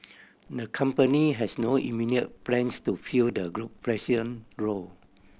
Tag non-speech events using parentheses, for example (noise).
the company has no immediate plans to fill the group (unintelligible) role